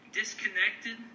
disconnected